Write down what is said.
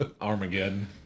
Armageddon